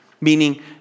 meaning